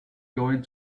going